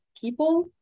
people